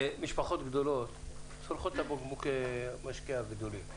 משפחות גדולות צורכות את בקבוקי המשקה הגדולים.